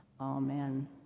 Amen